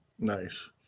Nice